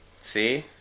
See